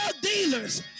dealers